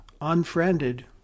unfriended